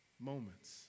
moments